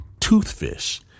toothfish